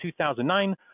2009